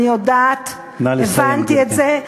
אני יודעת, הבנתי, נא לסיים, גברתי.